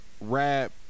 rap